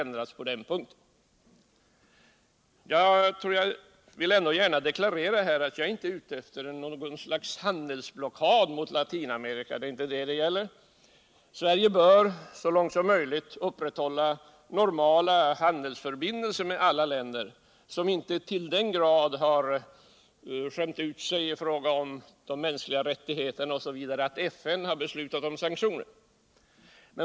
Jag vill ändå deklarera att jag inte är ute efter något slags handelsblockad mot Latinamerika. Det är inte det som det gäller. Sverige bör så långt möjligt upprätthålla normala handelsförbindelser med alla länder som inte ull den grad har skämt ut sig i fråga om de mänskliga rättigheterna osv. att FN beslutat om sanktioner.